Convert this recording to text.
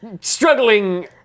struggling